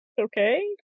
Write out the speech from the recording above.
Okay